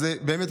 אז באמת,